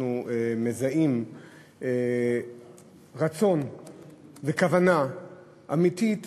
אנחנו מזהים רצון וכוונה אמיתית